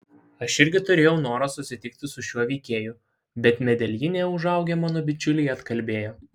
aš irgi turėjau norą susitikti su šiuo veikėju bet medeljine užaugę mano bičiuliai atkalbėjo